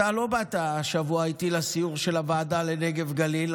אתה לא באת איתי השבוע לסיור של הוועדה לנגב והגליל,